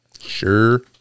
Sure